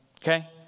okay